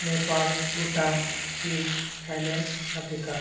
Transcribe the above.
Nepal Bhutan chin Thailand Africa